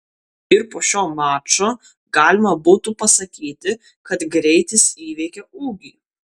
ir po šio mačo galima būtų pasakyti kad greitis įveikė ūgį